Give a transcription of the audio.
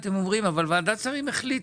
אתם אומרים אבל ועדת שרים החליטה,